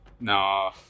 No